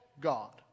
God